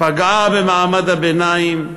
פגעה במעמד הביניים,